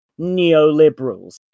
neoliberals